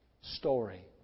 story